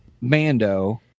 Mando